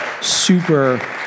super